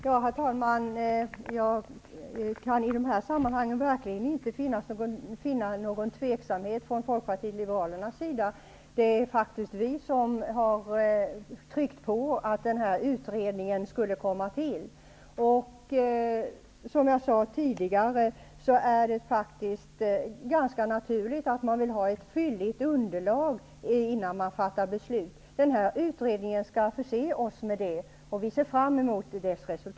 Herr talman! Jag kan i detta sammanhang verkligen inte finna någon tveksamhet från Folkpartiet liberalernas sida. Det är faktiskt vi som har tryckt på för att den här utredningen skulle komma till stånd. Som jag sade tidigare är det ganska naturligt att man vill ha ett fylligt underlag innan man fattar beslut. Den här utredningen skall förse oss med det, och vi ser fram emot dess resultat.